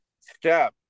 step